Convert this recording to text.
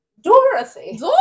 Dorothy